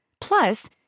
Plus